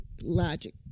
logic